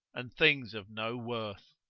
and things of no worth?